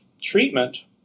treatment